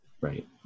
Right